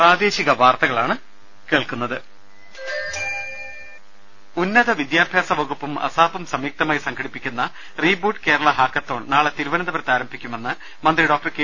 രദേശ ഉന്നത വിദ്യാഭ്യാസ വകുപ്പും അസാപും സംയുക്തമായി സംഘടിപ്പിക്കുന്ന റീബൂട്ട് കേരള ഹാക്കത്തോൺ നാളെ തിരുവനന്തപുരത്ത് ആരംഭിക്കുമെന്ന് മന്ത്രി ഡോക്ടർ കെ